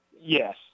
Yes